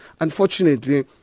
Unfortunately